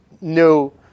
no